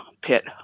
pit